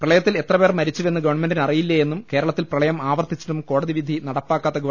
പ്രളയത്തിൽ എത്ര പേർ മരിച്ചുവെന്ന് ഗവൺമെന്റിന് അറിയില്ലേയെന്നും കേരള ത്തിൽ പ്രളയം ആവർത്തിച്ചിട്ടും കോടതി വിധി നടപ്പാക്കാത്ത ഗവ